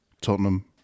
Tottenham